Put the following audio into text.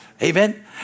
Amen